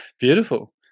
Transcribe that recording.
Beautiful